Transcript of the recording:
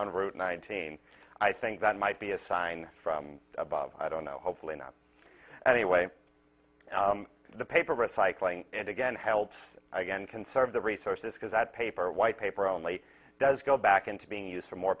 on route nineteen i think that might be a sign from above i don't know hopefully not anyway the paper recycling it again helps again conserve the resources because that paper white paper only does go back into being used for more